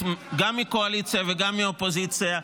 גם מהקואליציה וגם מהאופוזיציה,